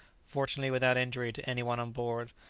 fortunately without injury to any one on board.